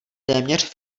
téměř